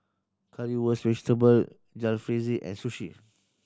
Currywurst Vegetable Jalfrezi and Sushi